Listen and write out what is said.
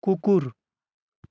कुकुर